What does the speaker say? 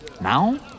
Now